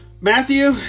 Matthew